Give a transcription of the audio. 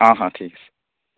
অঁ হা ঠিক আছে